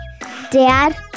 Dad